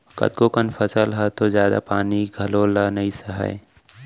कतको कन फसल ह तो जादा पानी घलौ ल नइ सहय